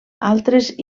altres